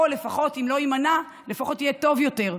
או לפחות, אם לא יימנע, לפחות יהיה טוב יותר.